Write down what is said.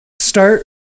start